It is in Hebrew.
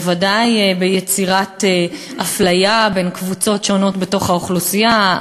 בוודאי ביצירת אפליה בין קבוצות שונות בתוך האוכלוסייה,